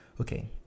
Okay